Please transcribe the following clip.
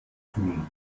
tun